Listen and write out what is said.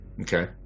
Okay